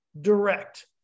direct